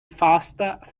faster